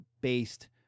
based